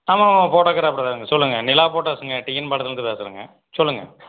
ஆமாம் ஆமாம் ஃபோட்டோகிராஃபர் தாங்க சொல்லுங்க நிலா ஃபோட்டோஸ் டிஎன் பாளையத்துலேருந்து பேசுகிறேங்க சொல்லுங்க